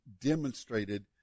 demonstrated